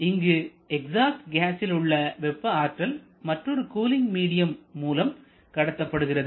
இங்கு எக்ஸாஸ்ட் கேஸில் உள்ள வெப்ப ஆற்றல் மற்றொரு கூலிங் மீடியம் மூலம் கடத்தப்படுகிறது